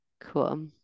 cool